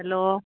hello